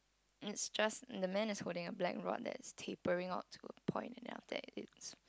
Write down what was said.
it's just the man is holding a black rod that is tapering out to a point and then after that it's